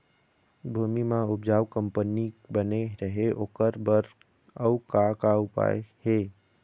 भूमि म उपजाऊ कंपनी बने रहे ओकर बर अउ का का उपाय हे?